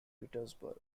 petersburg